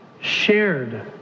shared